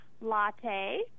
Latte